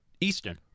Eastern